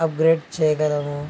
upgrade చేయగలము